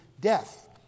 death